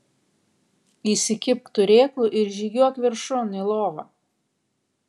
įsikibk turėklų ir žygiuok viršun į lovą